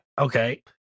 okay